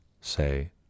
say